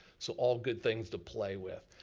so all good things to play with.